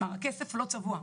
הכסף לא צבוע.